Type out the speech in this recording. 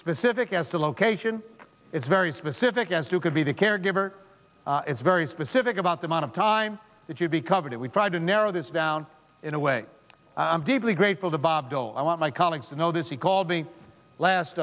specific as to location it's very specific as to could be the caregiver is very specific about the amount of time that you'd be covered it we've tried to narrow this down in a way i'm deeply grateful to bob dole i want my colleagues to know this he called me last